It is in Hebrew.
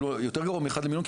אפילו יותר גרוע מאחד למיליון,